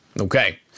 Okay